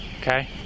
Okay